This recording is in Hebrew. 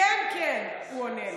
"כן", הוא עונה לו,